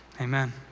Amen